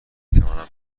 توانم